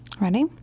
Ready